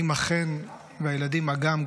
האימא חן והילדים אגם,